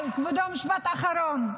אבל, כבודו, משפט אחרון,